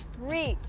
Reach